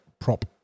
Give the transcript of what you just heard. prop